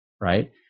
right